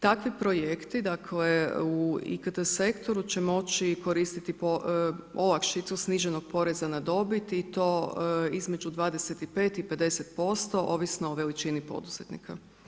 Takvi projekti, dakle u IKT sektoru će moći koristiti olakšicu sniženog poreza na dobit i to između 25 i 50% ovisno o veličini poduzetnika.